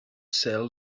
sell